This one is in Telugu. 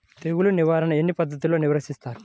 తెగులు నిర్వాహణ ఎన్ని పద్ధతులలో నిర్వహిస్తారు?